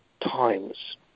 times